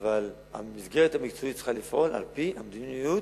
אבל המסגרת המקצועית צריכה לפעול על-פי המדיניות,